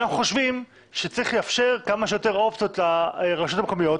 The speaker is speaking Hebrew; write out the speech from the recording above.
אנחנו חושבים שצריך לאפשר כמה שיותר אופציות לרשויות המקומיות,